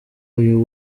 uyu